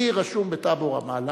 אני רשום בטאבו רמאללה,